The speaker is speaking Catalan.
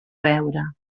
beure